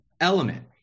element